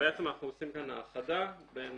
בעצם אנחנו עושים כאן האחדה בין